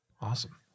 Awesome